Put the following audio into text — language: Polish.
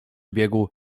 biegu